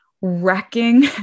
wrecking